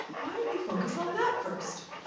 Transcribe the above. why don't you focus on that first?